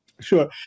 Sure